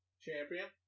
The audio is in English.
Champion